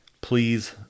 please